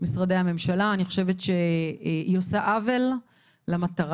משרדי הממשלה, אני חושבת שהיא עושה עוול למטרה,